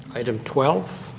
item twelve?